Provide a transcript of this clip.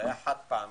היה חד-פעמי.